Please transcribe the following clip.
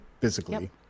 physically